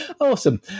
Awesome